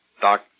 Doc